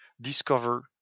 discover